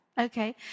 Okay